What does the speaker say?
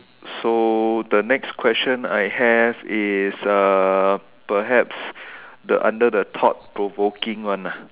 so the next question I have is uh perhaps the under the thought provoking one ah